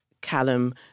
Callum